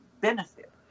benefit